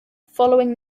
following